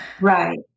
Right